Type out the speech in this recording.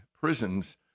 prisons